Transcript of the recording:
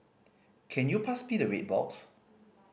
can you pass me the red box